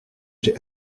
j’ai